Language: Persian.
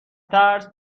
ترس